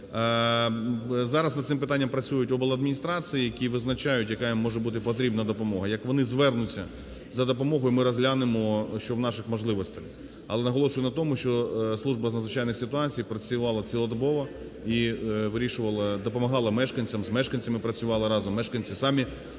Зараз над цим питанням працюють обладміністрації, які визначають, яка їм може бути потрібна допомога. Як вони звернуться за допомогою, ми розглянемо, що в наших можливостях. Але наголошую на тому, що служба з надзвичайних ситуацій працювала цілодобово і вирішувала, допомагала мешканцям, з мешканцями працювала разом, мешканці самі